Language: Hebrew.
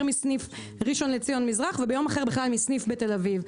מסניף ראשון לציון מזרח וביום אחר בכלל מסניף בתל אביב.